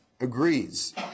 agrees